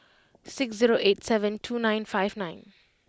six zero eight seven two nine five nine